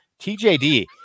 TJD